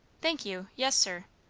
thank you. yes, sir.